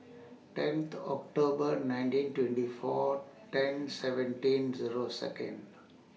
tenth October nineteen twenty four ten seventeen Zero Second